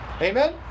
Amen